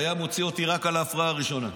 היה מוציא אותי רק על ההפרעה הראשונה.